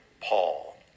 Paul